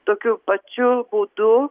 tokiu pačiu būdu